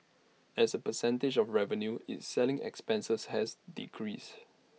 as A percentage of revenue its selling expenses has decreased